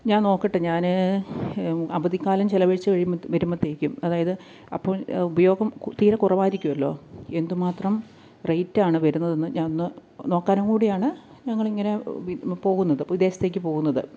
ഞാൻ നോക്കട്ട് ഞാന് അവധികാലം ചിലവഴിച്ച് കഴിയും വരുമ്പോഴത്തേക്കും അതായത് അപ്പോൾ ഉപയോഗം തീരെ കുറവായിരിക്കുമല്ലോ എന്തുമാത്രം റേറ്റാണ് വരുന്നതെന്ന് ഞാനൊന്ന് നോക്കാനും കൂടിയാണ് ഞങ്ങളിങ്ങന വി പോകുന്നത് വിദേശത്തേക്ക് പോകുന്നത്